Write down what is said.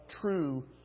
true